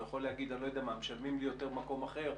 הוא יכול להגיד: משלמים יותר במקום אחר.